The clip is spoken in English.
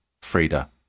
Frida